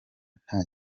nta